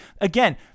again